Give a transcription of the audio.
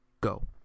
go